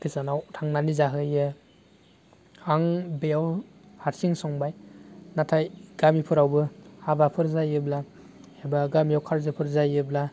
गोजानाव थांनानै जाहैयो आं बेयाव हारसिं संबाय नाथाय गामिफोराबो हाबाफोर जायोब्ला एबा गामियाव खाजिफोर जायोब्ला